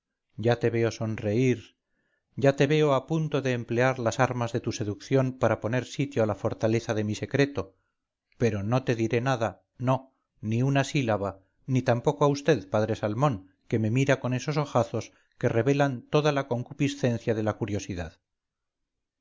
ya te veo sonreír ya te veo a punto de emplear las armas de tu seducción para poner sitio a la fortaleza de mi secreto pero no te diré nada no ni una sílaba ni tampoco a vd padre salmón que me mira con esos ojazos que revelan toda la concupiscencia de la curiosidad